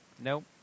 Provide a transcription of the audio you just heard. Nope